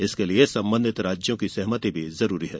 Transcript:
इसके लिए संबंधित राज्यों की सहमति जरूरी है